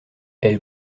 elle